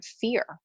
fear